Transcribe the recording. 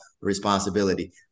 responsibility